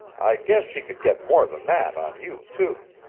i guess she could get more than that on you, too.